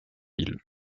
ville